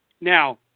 Now